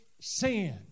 sin